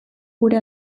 gure